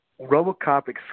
RoboCop